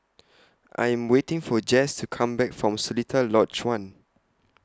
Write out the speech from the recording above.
I'm waiting For Jase to Come Back from Seletar Lodge one